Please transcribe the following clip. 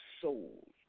soul